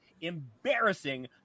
embarrassing